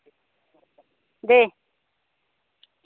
दे